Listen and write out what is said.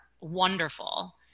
wonderful